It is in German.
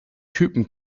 typen